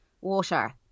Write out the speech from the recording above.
water